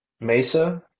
Mesa